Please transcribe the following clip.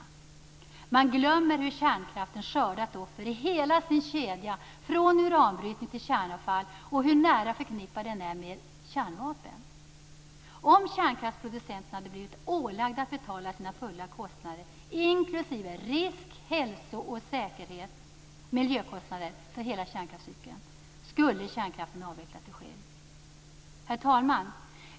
Man glömmer hur kärnkraften skördat offer i hela sin kedja från uranbrytning till kärnavfall och hur nära förknippad den är med kärnvapen. Om kärnkraftsproducenterna hade blivit ålagda att betala sina fulla kostnader, inklusive risk, hälsa, säkerhet och miljökostnader för hela kärnkraftscykeln, skulle kärnkraften avveckla sig själv. Herr talman!